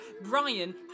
Brian